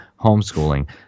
homeschooling